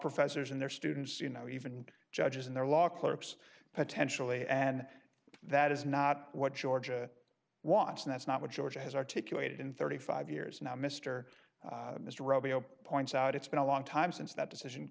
professors and their students you know even judges in their law clerks potentially and that is not what georgia wants and that's not what georgia has articulated in thirty five years now mr mr roboto points out it's been a long time since that decision